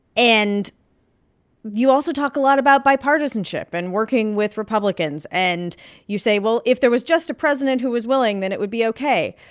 and you also talk a lot about bipartisanship and working with republicans. and you say, well, if there was just a president who was willing, then it would be ok.